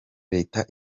leta